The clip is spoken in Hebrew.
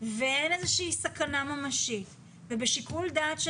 ואין איזושהי סכנה ממשית ובשיקול דעת של